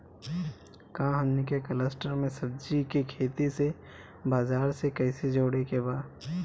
का हमनी के कलस्टर में सब्जी के खेती से बाजार से कैसे जोड़ें के बा?